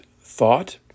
thought